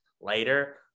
later